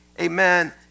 amen